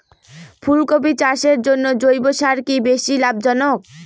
ফুলকপি চাষের জন্য জৈব সার কি বেশী লাভজনক?